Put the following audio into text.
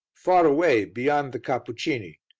far away beyond the cappucini,